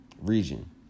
region